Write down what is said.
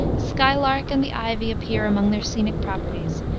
the skylark and the ivy appear among their scenic properties,